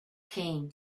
came